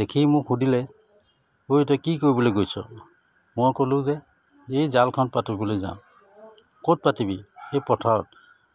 দেখি মোক সুধিলে অই তই কি কৰিবলৈ গৈছ' মই ক'লোঁ যে এই জালখন পাতিবলৈ যাওঁ ক'ত পাতিবি এই পথাৰত